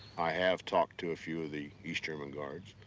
i have talked to a few of the east german guards.